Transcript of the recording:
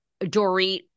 Dorit